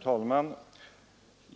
talman!